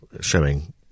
showing